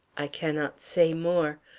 i cannot say more.